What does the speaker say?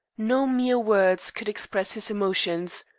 no mere words could express his emotions.